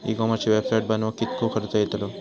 E कॉमर्सची website बनवक किततो खर्च येतलो?